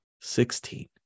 sixteen